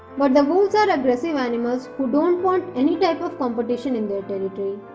but the wolves are aggressive animals who don't want any type of competition in their territory.